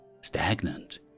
Stagnant